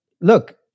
look